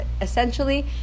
essentially